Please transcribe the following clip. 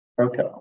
Okay